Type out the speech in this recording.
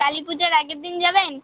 কালী পুজোর আগের দিন যাবেন